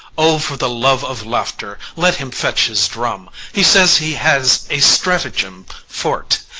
o, for the love of laughter, let him fetch his drum he says he has a stratagem for't.